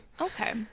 Okay